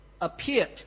appeared